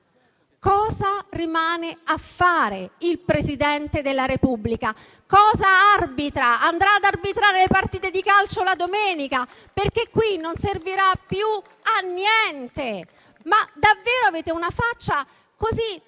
Cosa rimane a fare il Presidente della Repubblica? Cosa arbitra? Andrà ad arbitrare le partite di calcio la domenica, perché qui non servirà più a niente. Davvero avete la faccia di